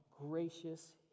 gracious